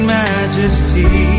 majesty